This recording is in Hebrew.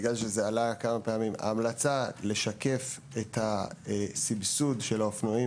ההמלצה לשקף את הסבסוד של האופנועים